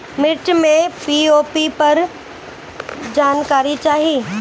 मिर्च मे पी.ओ.पी पर जानकारी चाही?